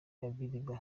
abiriga